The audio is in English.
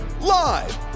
live